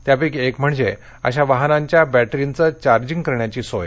त्यापैकी एक म्हणजे अशा वाहनांच्या बॅटरींचं चार्जिंग करण्याची सोय